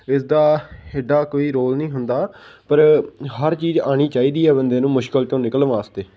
ਇਸਦਾ ਐਡਾ ਕੋਈ ਰੋਲ ਨਹੀਂ ਹੁੰਦਾ ਪਰ ਹਰ ਚੀਜ਼ ਆਉਣੀ ਚਾਹੀਦੀ ਹੈ ਬੰਦੇ ਨੂੰ ਮੁਸ਼ਕਿਲ ਤੋਂ ਨਿਕਲਣ ਵਾਸਤੇ